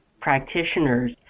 practitioners